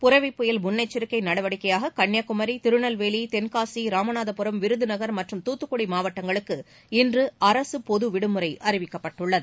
புரெவி புயல் முன்னெச்சிக்கை நடவடிக்கையாக கன்னியாகுமரி திருநெல்வேலி தென்காசி ராமநாதபுரம் விருதுநகர் மற்றும் துத்துக்குடி மாவட்டங்களுக்கு இன்று அரசு பொது விடுமுறை அறிவிக்கப்பட்டுள்ளது